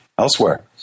Elsewhere